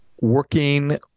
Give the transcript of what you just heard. Working